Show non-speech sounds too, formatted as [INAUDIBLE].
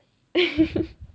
[LAUGHS]